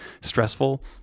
stressful